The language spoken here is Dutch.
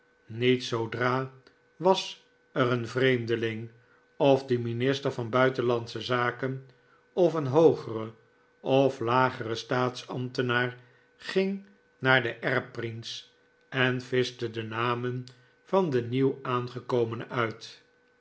niet zoodra was er een vreemdeling o de minister van buitenlandsche zaken of een hoogere of lagere staatsambtenaar ging naar den erbprinz en vischte de namen van den nieuw aangekomene uit